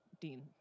Dean